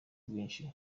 bwinshi